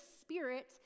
spirit